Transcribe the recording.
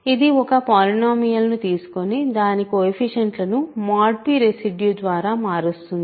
ఇది ఒక పోలినోమియల్ ను తీసుకుని దాని కోయెఫిషియంట్లను mod p రెసిడ్యూ ద్వారా మారుస్తుంది